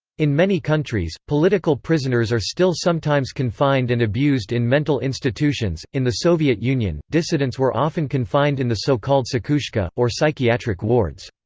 in many countries, political prisoners are still sometimes confined and abused in mental institutions in the soviet union, dissidents were often confined in the so-called psikhushka, or psychiatric wards.